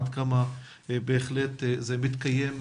עד כמה בהחלט זה מתקיים בשטח.